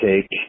take